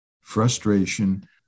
frustration